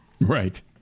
right